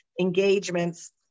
engagements